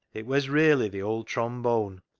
it was really the old trombone.